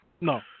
no